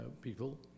people